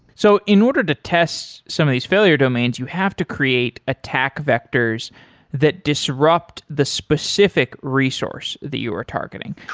so in order to test some of these failure domains, you have to create attack vectors that disrupt the specific resource that you are targeting.